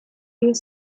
his